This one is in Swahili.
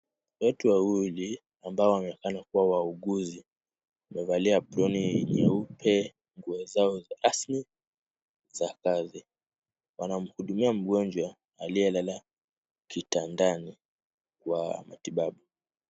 Watu wawili ambao wanaonekana kuwa wauguzi. Wamevalia aproni nyeupe nguo zao asili za kazi. Wanamhudumia mgonjwa aliyelala kitandani kwa matibabu.